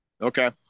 Okay